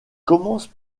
commence